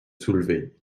soulevait